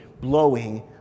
blowing